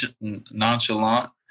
nonchalant